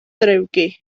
drewgi